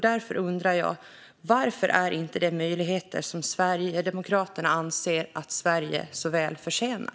Därför undrar jag: Varför anser inte Sverigedemokraterna att detta är möjligheter som Sverige förtjänar?